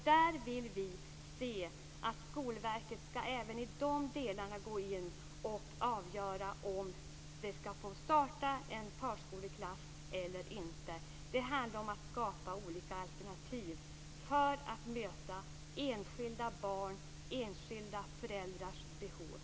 Där vill vi se att Skolverket även i de delarna skall gå in och avgöra om det skall få startas en förskoleklass eller inte. Det handlar om att skapa olika alternativ för att möta enskilda barn och enskilda föräldrars behov.